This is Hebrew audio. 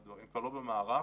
הם כבר לא במערך.